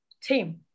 team